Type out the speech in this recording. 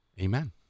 Amen